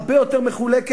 הרבה יותר מחולקת,